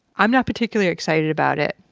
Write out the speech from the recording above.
i'm not particularly excited about it.